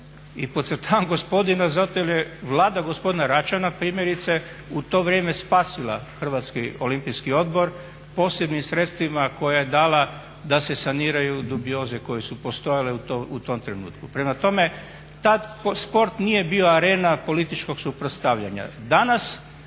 I podcrtavam gospodina jer je Vlada gospodina Račana primjerice u to vrijeme spasila Hrvatski olimpijski odbor posebnim sredstvima koje je dala da se saniraju dubioze koje su postojale u tom trenutku. Prema tome, tad sport nije bio arena političkog suprotstavljanja.